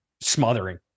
smothering